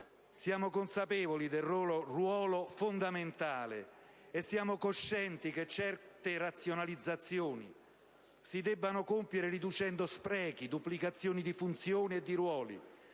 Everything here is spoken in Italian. Siamo consapevoli del loro ruolo fondamentale e siamo coscienti che certe razionalizzazioni si devono compiere riducendo sprechi, duplicazioni di funzioni e di ruoli,